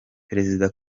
perezida